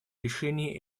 решении